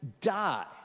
die